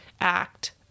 act